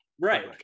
right